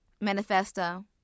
Manifesto